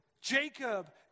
Jacob